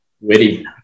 Witty